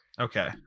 Okay